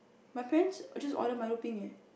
my parents just order Milo peng eh